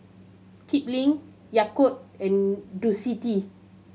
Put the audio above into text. Kipling Yakult and Ducati